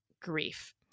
grief